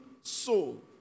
soul